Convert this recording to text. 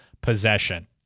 possession